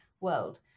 world